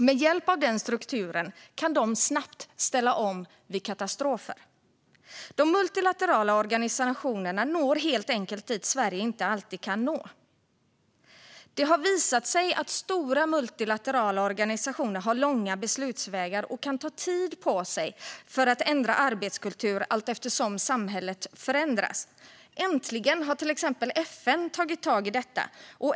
Med hjälp av den strukturen kan de snabbt ställa om vid katastrofer. De multilaterala organisationerna når helt enkelt dit Sverige inte alltid kan nå. Det har dock visat sig att stora multilaterala organisationer har långa beslutsvägar och att det tar tid för dem att ändra sin arbetskultur allteftersom samhället förändras. Nu har till exempel FN äntligen tagit tag i detta.